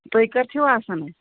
تُہۍ کَتہِ چھُ آسان حظ